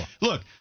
Look